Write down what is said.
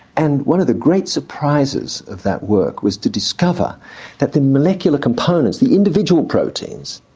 and one of the great surprises of that work was to discover that the molecular components, the individual proteins,